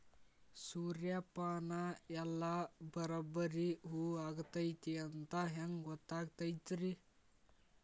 ಸೂರ್ಯಪಾನ ಎಲ್ಲ ಬರಬ್ಬರಿ ಹೂ ಆಗೈತಿ ಅಂತ ಹೆಂಗ್ ಗೊತ್ತಾಗತೈತ್ರಿ?